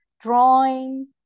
drawing